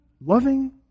loving